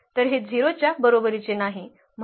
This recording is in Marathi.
तर हे 0 च्या बरोबरीचे नाही